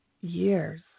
years